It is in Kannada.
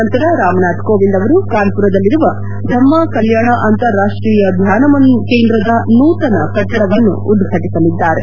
ನಂತರ ರಾಮನಾಥ್ ಕೋವಿಂದ್ ಅವರು ಕಾನ್ಪುರದಲ್ಲಿರುವ ಧಮ್ಮ ಕಲ್ಕಾಣ ಅಂತಾರಾಷ್ಟೀಯ ಧ್ಯಾನ ಕೇಂದ್ರದ ನೂತನ ಕಟ್ಟಡವನ್ನು ಉದ್ವಾಟಸಲಿದ್ದಾರೆ